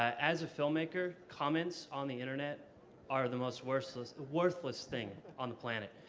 as a filmmaker, comments on the internet are the most worthless ah worthless thing on the planet.